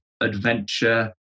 adventure